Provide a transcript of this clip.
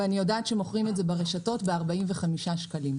ואני יודעת שמוכרים את זה ברשתות ב-45 שקלים.